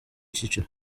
cyiciro